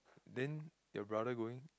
then your brother going